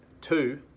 Two